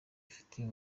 ifitiye